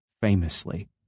Famously